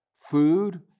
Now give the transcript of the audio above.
food